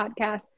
podcast